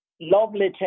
lovely